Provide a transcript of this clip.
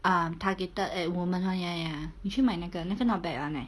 um targeted at women [one] ya ya ya 你去买那个那个 not bad [one] leh